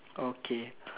okay